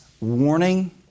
warning